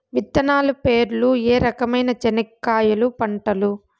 విత్తనాలు పేర్లు ఏ రకమైన చెనక్కాయలు పంటలు?